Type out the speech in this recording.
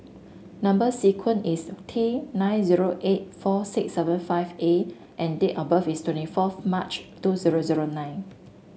number sequence is T nine zero eight four six seven five A and date of birth is twenty fourth March two zero zero nine